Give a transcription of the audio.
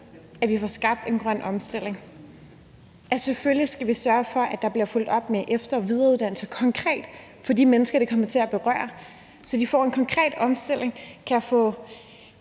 at vi får skabt en grøn omstilling, skal vi selvfølgelig sørge for, at der bliver fulgt op med efter- og videreuddannelse for de mennesker, det kommer til at berøre, så de får en konkret omstilling og kan få